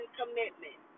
commitment